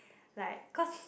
like cause